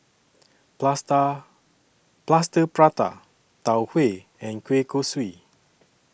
Plaster Plaster Prata Tau Huay and Kueh Kosui